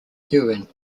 yuen